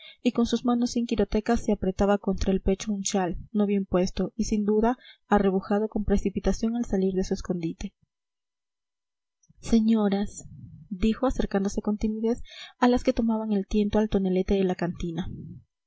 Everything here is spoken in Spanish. y con sus manos sin quirotecas se apretaba contra el pecho un chal no bien puesto y sin duda arrebujado con precipitación al salir de su escondite señoras dijo acercándose con timidez a las que tomaban el tiento al tonelete de la cantina